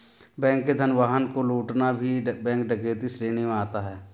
bank के धन वाहन को लूटना भी बैंक डकैती श्रेणी में आता है